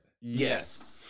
Yes